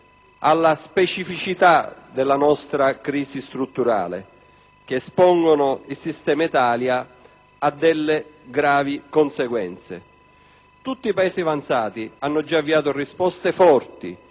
alla specificità della nostra crisi strutturale, che espongono il sistema Italia a delle gravi conseguenze. Tutti i paesi avanzati hanno già avviato risposte forti,